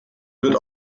wird